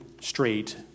straight